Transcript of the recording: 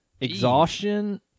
exhaustion